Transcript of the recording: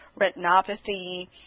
retinopathy